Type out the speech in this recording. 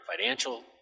financial